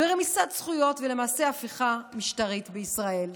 ורמיסת זכויות ולמעשה הפיכה משטרית בישראל.